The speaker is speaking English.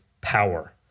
power